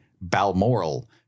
balmoral